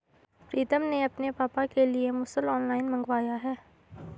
प्रितम ने अपने पापा के लिए मुसल ऑनलाइन मंगवाया है